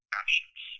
actions